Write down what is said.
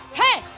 hey